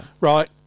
Right